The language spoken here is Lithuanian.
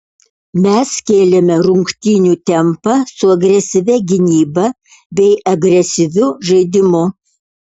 mes kėlėme rungtynių tempą su agresyvia gynyba bei agresyviu žaidimu